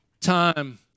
time